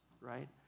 right